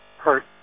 hurt